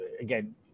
again